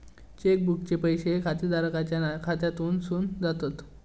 check बुकचे पैशे खातेदाराच्या खात्यासून जातत